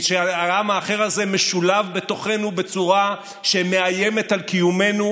העם האחר הזה משולב בתוכנו בצורה שמאיימת על קיומנו,